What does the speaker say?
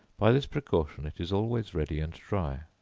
by this precaution it is always ready and dry.